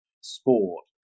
sport